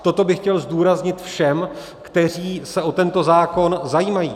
Toto bych chtěl zdůraznit všem, kteří se o tento zákon zajímají.